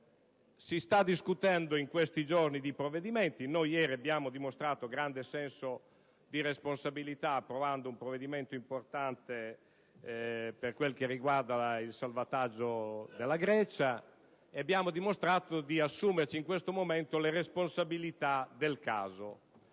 Si sta discutendo in questi giorni di provvedimenti in materia. Ieri abbiamo dimostrato grande senso di responsabilità approvando un provvedimento importante per il salvataggio della Grecia e abbiamo dimostrato di assumerci le responsabilità del caso.